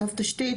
קו תשתית,